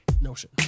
notion